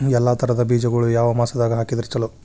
ಎಲ್ಲಾ ತರದ ಬೇಜಗೊಳು ಯಾವ ಮಾಸದಾಗ್ ಹಾಕಿದ್ರ ಛಲೋ?